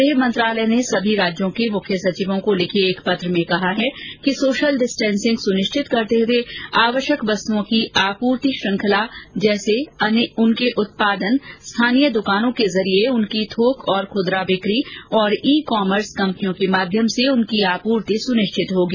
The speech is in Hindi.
गृह मंत्रालय ने सभी राज्यों के मुख्य सचिवों को लिखे एक पत्र में कहा है कि सोशल डिस्टेंसिंग सुनिश्चित करते हुए आवश्यक वस्तुओं की आपूर्ति श्रृंखला जैसे उनके उत्पादन स्थानीय दुकानों के जरिए उनकी थोक और खुदरा बिकी और ई कॉमर्स कम्पनियों के माध्यम से उनकी आपूर्ति सुनिश्चित होगी